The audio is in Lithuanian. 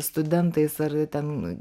studentais ar ten